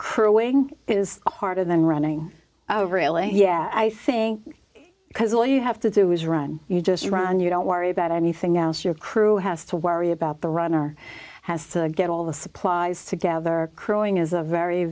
crowing is harder than running really yeah i think because all you have to do is run you just run you don't worry about anything else your crew has to worry about the runner has to get all the supplies together crowing is a very